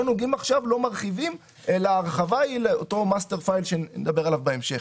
לא מרחיבים אלא ההרחבה היא לאותו master file שנדבר עליו בהמשך.